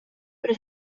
при